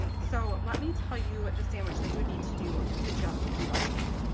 so let me tell you the sandwich that you would need to do to just emboss.